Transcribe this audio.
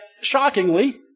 shockingly